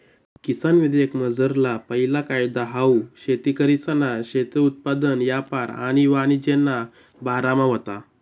किसान विधेयकमझारला पैला कायदा हाऊ शेतकरीसना शेती उत्पादन यापार आणि वाणिज्यना बारामा व्हता